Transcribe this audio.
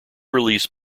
release